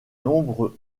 nombres